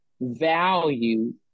value